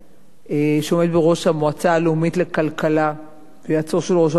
שעומד בראש המועצה הלאומית לכלכלה ויועצו של ראש הממשלה,